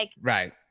Right